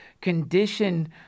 condition